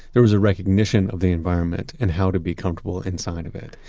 there was a recognition of the environment and how to be comfortable inside of it.